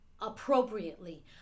appropriately